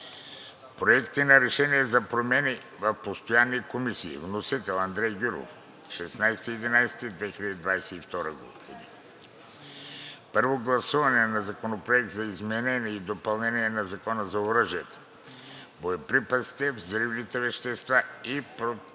Проекти на решения за промени в постоянни комисии. Вносител – Андрей Гюров, 16 ноември 2022 г. 6. Първо гласуване на Законопроекта за изменение и допълнение на Закона за оръжията, боеприпасите, взривните вещества и